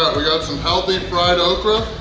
we got some healthy fried okra